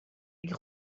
اگه